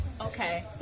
Okay